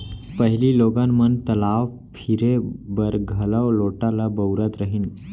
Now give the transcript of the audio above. पहिली लोगन मन तलाव फिरे बर घलौ लोटा ल बउरत रहिन